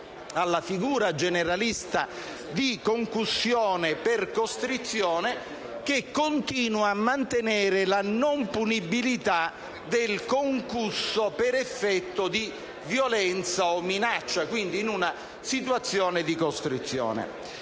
alla figura generalista di concussione per costrizione (che continua a mantenere la non punibilità del concusso per effetto di violenza o minaccia, quindi in una situazione di costrizione).